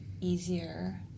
easier